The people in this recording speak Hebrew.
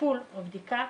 טיפול או בדיקה,